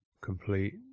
complete